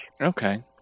Okay